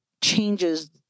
changes